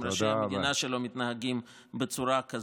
ראשי המדינה שלו מתנהגים בצורה כזאת?